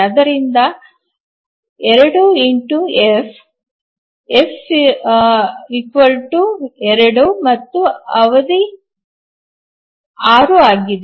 ಆದ್ದರಿಂದ 2 F F 2 ಮತ್ತು ಅವಧಿ 6 ಆಗಿದೆ